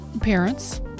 parents